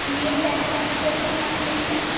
یہ bank officer سے بات ہو رہی ہے